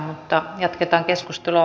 mutta jatketaan keskustelua